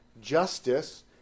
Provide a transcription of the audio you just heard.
Justice